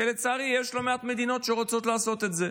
ולצערי, יש לא מעט מדינות שרוצות לעשות את זה,